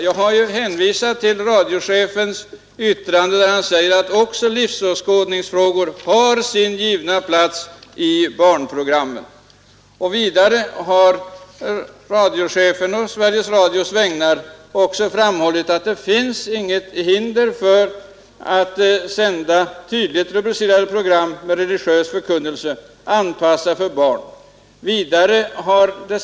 Jag har hänvisat till radiochefens yttrande, där han säger: ”Också livsåskådningsfrågor har sin givna plats i barnprogrammen.” Han har också sagt att ”något hinder att utanför denna ram ibland sända tydligt rubricerade program med religiös förkunnelse anpassad för barn föreligger däremot inte”.